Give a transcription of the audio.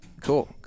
Cool